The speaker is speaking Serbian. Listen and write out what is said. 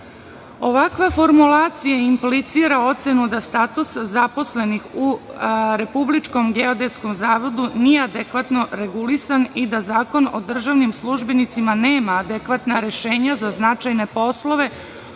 Ovakva formulacija implicira ocenu da status zaposlenih u RGZ nije adekvatno regulisan i da Zakon o državnim službenicima nema adekvatna rešenja za značajne poslove